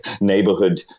neighborhood